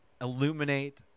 illuminate